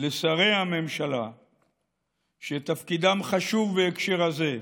לשרי הממשלה שתפקידם חשוב בהקשר הזה: